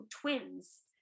twins